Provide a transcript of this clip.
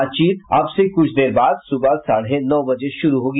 बातचीत अब से कुछ देर बाद सुबह साढ़े नौ बजे शुरू होगी